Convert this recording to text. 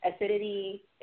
acidity